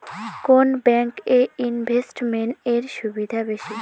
কোন ব্যাংক এ ইনভেস্টমেন্ট এর সুবিধা বেশি?